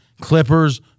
Clippers